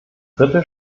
dritte